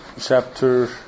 chapter